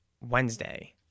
Wednesday